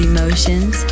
Emotions